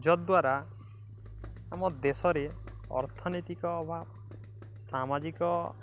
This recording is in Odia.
ଯତ୍ଦ୍ୱାରା ଆମ ଦେଶରେ ଅର୍ଥନୈତିକ ବା ସାମାଜିକ